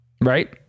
right